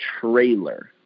trailer